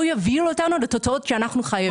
יובילו אותנו לתוצאות שאנחנו חייבים.